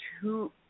two